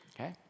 okay